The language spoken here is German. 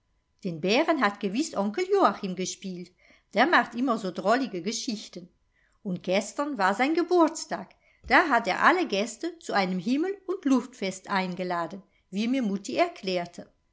den bären hat gewiß onkel joachim gespielt der macht immer so drollige geschichten und gestern war sein geburtstag da hat er alle gäste zu einem himmel und luftfest eingeladen wie mir mutti erklärte